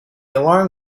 alarm